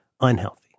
unhealthy